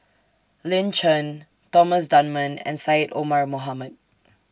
Lin Chen Thomas Dunman and Syed Omar Mohamed